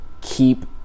keep